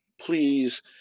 please